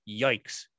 Yikes